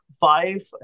five